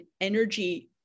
energy